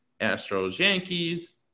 Astros-Yankees